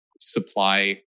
supply